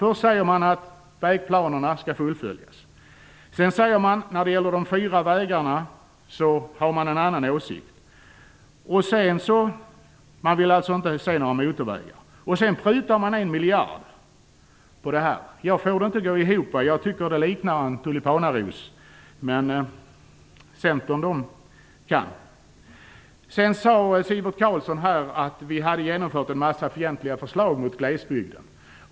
Först säger man att vägplanerna skall fullföljas. När det gäller de fyra vägarna har man en annan åsikt. Man vill inte se några motorvägar. Sedan prutar man en miljard. Jag får det inte att gå ihop. Jag tycker att det liknar en tulipanaros. Men Centern kan. Sivert Carlsson sade att vi har genomfört en massa förslag som är fientliga mot glesbygden.